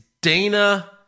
Dana